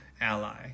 ally